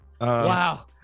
Wow